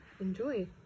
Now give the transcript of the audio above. Enjoy